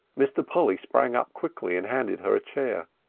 mr. polly sprang up quickly and handed her a chair.